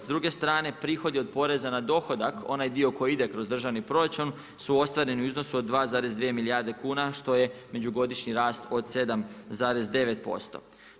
S druge strane, prihodi od preza na dohodak, onaj dio koji ide kroz državni proračun, su ostvareni u iznosu od 2,2 milijarde kuna, što je međugodišnji rast od 7,9%